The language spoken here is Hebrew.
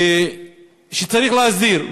ושצריך להסדיר.